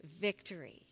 victory